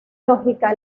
lógica